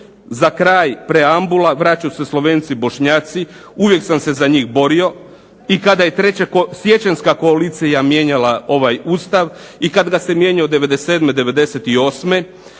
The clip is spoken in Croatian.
Za kraj preambula, vraćaju se Slovenci, Bošnjaci. Uvijek sam se za njih borio, i kada je 3. siječanjska koalicija mijenjala ovaj Ustav i kad ga se mijenjalo '97., '98.,